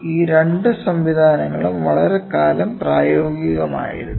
ഈ രണ്ട് സംവിധാനങ്ങളും വളരെക്കാലം പ്രായോഗികമായിരുന്നു